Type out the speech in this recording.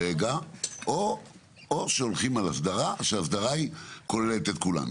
או שהולכים על הסדרה, שההסדרה היא כוללת את כולם.